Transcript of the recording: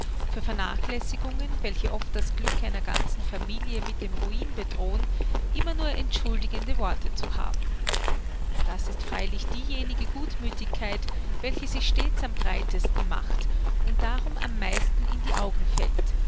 für vernachlässigungen welche oft das glück einer ganzen familie mit dem ruin bedrohen immer nur entschuldigende worte zu haben das ist freilich diejenige gutmüthigkeit welche sich stets am breitesten macht und darum am meisten in die augen fällt